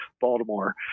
Baltimore